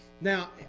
Now